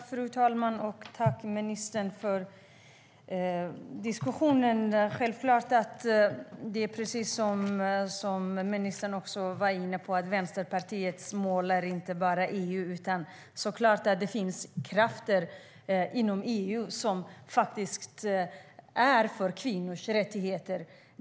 Fru talman! Tack, ministern, för diskussionen! Det är självklart att det är som ministern var inne på: Vänsterpartiets mål är inte bara EU. Det finns såklart krafter inom EU som är för kvinnors rättigheter.